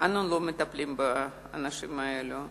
אנו לא מטפלים באנשים האלו.